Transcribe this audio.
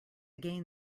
gain